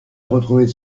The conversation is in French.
retrouver